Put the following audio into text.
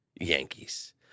Yankees